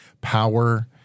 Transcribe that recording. power